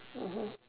mmhmm